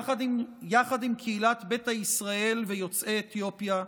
יחד עם קהילת ביתא ישראל ויוצאי אתיופיה,